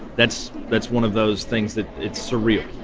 that's that's one of those things that it's surreal.